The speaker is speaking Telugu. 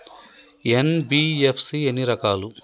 ఎన్.బి.ఎఫ్.సి ఎన్ని రకాలు?